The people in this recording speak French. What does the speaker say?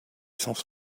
sans